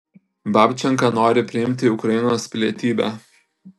babčenka nori priimti ukrainos pilietybę